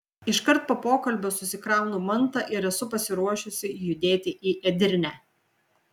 iškart po pokalbio susikraunu mantą ir esu pasiruošusi judėti į edirnę